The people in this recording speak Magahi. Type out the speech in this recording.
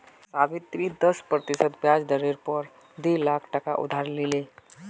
सावित्री दस प्रतिशत ब्याज दरेर पोर डी लाख टका उधार लिले